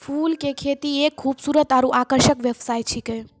फूल के खेती एक खूबसूरत आरु आकर्षक व्यवसाय छिकै